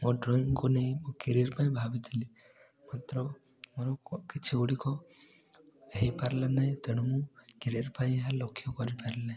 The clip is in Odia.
ମୋ ଡ୍ରଇଂକୁ ନେଇ ମୁଁ କ୍ୟାରିଅର୍ ପାଇଁ ଭାବିଥିଲି ମାତ୍ର ମୋର କିଛି ଗୁଡ଼ିକ ହେଇପାରିଲା ନାହିଁ ତେଣୁ ମୁଁ କ୍ୟାରିଅର୍ ପାଇଁ ଏହା ଲକ୍ଷ କରିପାରିଲି ନାହିଁ